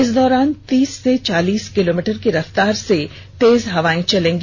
इस दौरान तीस से चालीस किलोमीटर की रफ्तार से तेज हवाए चलेंगी